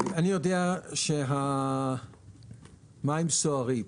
אני יודע שהמים סוערים.